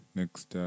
next